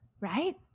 right